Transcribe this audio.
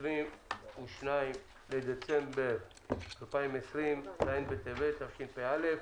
22 בדצמבר 2020, ז' בטבת התשפ"א,